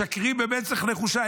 משקרים במצח נחושה.